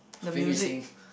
Fei-Yu-Qing